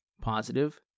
positive